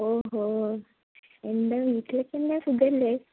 ഓഹോ എന്താ വീട്ടിലൊക്കെ എന്താ സുഖമല്ലേ